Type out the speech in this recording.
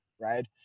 right